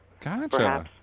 gotcha